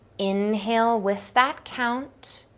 inhale with that count.